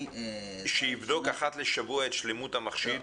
שיבדוק אחת לשבוע את שלמות המכשיר,